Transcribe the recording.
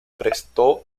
prestó